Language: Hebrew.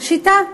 שיטה.